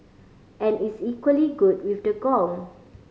and is equally good with the gong